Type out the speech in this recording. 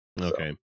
Okay